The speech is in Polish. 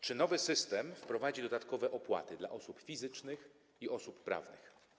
Czy nowy system wprowadzi dodatkowe opłaty dla osób fizycznych i osób prawnych?